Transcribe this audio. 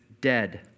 dead